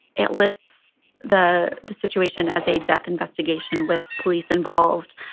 it lists the the situation as a death investigation with police involved.